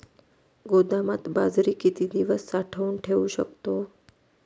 गोदामात बाजरी किती दिवस साठवून ठेवू शकतो?